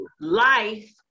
life